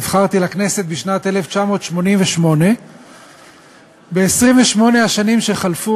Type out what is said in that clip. נבחרתי לכנסת בשנת 1988. ב-28 השנים שחלפו